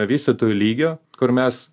vystytojų lygio kur mes